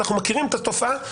אנחנו מכירים את התופעה,